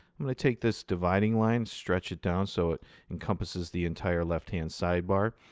i'm going to take this dividing line, stretch it down so it encompasses the entire left-hand sidebar,